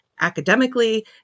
academically